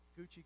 Gucci